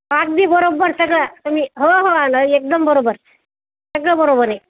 अगदी बरोबर सगळं तुम्ही हो हो ना एकदम बरोबर सगळं बरोबर आहे